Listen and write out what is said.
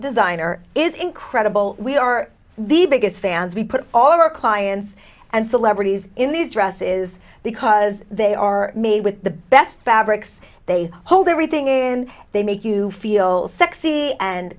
designer is incredible we are the biggest fans we put all of our clients and celebrities in these dresses because they are made with the best fabrics they hold everything in they make you feel sexy and